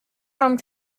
home